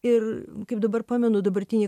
ir kaip dabar pamenu dabartinėj